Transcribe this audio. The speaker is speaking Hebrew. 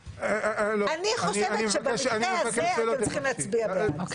אני חושבת שבמקרה הזה אתם צריכים להצביע בעד.